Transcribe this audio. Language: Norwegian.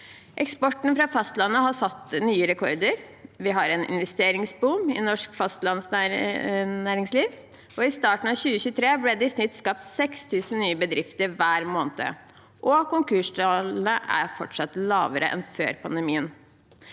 Eksporten fra fastlandet har satt nye rekorder, vi har en investeringsboom i norsk fastlandsnæringsliv, i starten av 2023 ble det i snitt skapt 6 000 nye bedrifter hver måned, og konkurstallene er fortsatt lavere enn før pandemien.